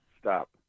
Stop